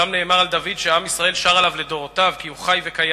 שם נאמר על דוד שעם ישראל שר עליו לדורותיו שהוא חי וקיים: